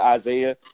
Isaiah